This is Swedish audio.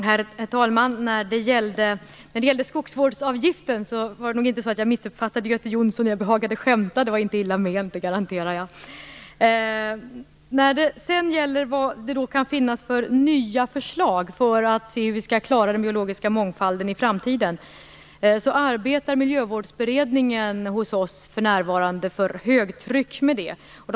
Herr talman! När det gällde skogsvårdsavgiften var det nog inte så att jag missuppfattade Göte Jonsson. Jag behagade skämta, men det var inte illa ment. Det garanterar jag. När det sedan gäller vad det kan finnas för nya förslag för att se hur vi skall klara den biologiska mångfalden i framtiden arbetar Miljövårdsberedningen hos oss för närvarande för högtryck med detta.